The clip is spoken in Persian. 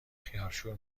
خیارشور